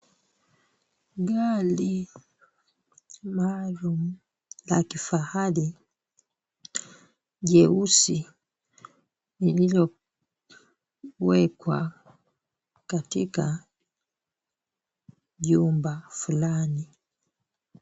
Gari maalum la kifahari jeusi lililowekwa katika jumba fulani.